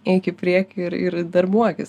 eik į priekį ir ir darbuokis